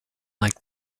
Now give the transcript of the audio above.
like